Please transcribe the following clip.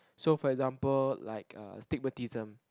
so for example like uh stigmatism